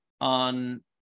on